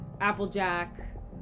Applejack